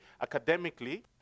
academically